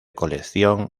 colección